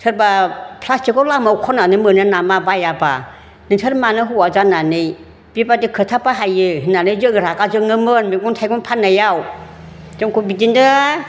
सोरबा प्लास्टिकखौ लामायाव खन्नानै मोनो नामा बायाबा नोंसोर मानो हौवा जानानै बेबायदि खोथा बाहायो होन्नानै जोंङो रागा जोङोमोन मैगं थाइगं फान्नायाव जोंखौ बिदिनो